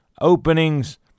openings